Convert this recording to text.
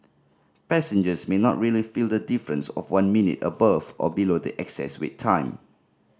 passengers may not really feel the difference of one minute above or below the excess wait time